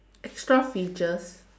extra features